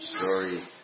story